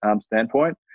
standpoint